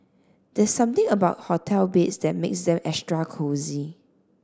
there's something about hotel beds that makes them extra cosy